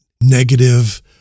negative